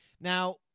Now